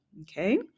okay